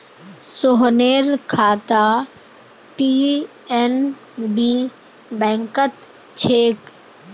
सोहनेर खाता पी.एन.बी बैंकत छेक